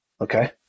Okay